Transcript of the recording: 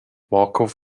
markov